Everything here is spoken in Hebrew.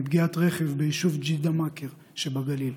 מפגיעת רכב ביישוב ג'דיידה-מכר שבגליל.